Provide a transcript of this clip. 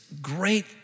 great